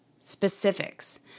specifics